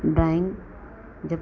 drawing जब